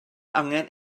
angen